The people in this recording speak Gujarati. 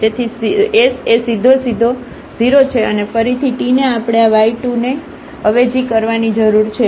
તેથી s એ સીધો સીધો 0 છે અને ફરીથીt ને આપણે આ y2 ને અવેજી કરવાની જરૂર છે